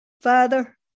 Father